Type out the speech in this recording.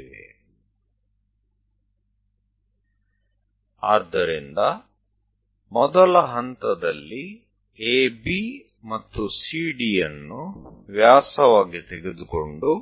તો પહેલું પગલું એ છે કે આપણને AB અને CD ને વ્યાસ તરીકે રાખીને બે